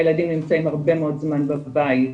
הילדים נמצאים הרבה מאוד זמן בבית,